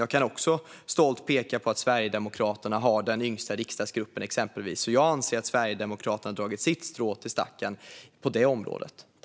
Jag kan också stolt peka på att Sverigedemokraterna exempelvis har den yngsta riksdagsgruppen. Jag anser alltså att Sverigedemokraterna har dragit sitt strå till stacken på det området.